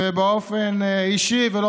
ובאופן אישי ולא